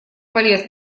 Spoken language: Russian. полез